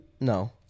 No